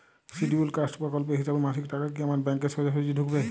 Scheduled caste প্রকল্পের হিসেবে মাসিক টাকা কি আমার ব্যাংকে সোজাসুজি ঢুকবে?